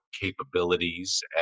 capabilities